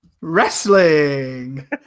Wrestling